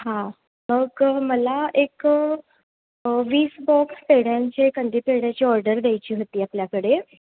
हां मग मला एक वीस बॉक्स पेढ्यांचे कंदी पेढ्याची ऑर्डर द्यायची होती आपल्याकडे